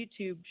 YouTube